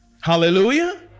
Hallelujah